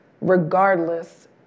regardless